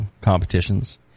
competitions